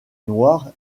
noire